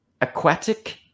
aquatic